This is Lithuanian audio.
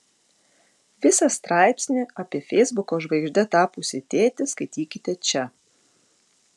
visą straipsnį apie feisbuko žvaigžde tapusį tėtį skaitykite čia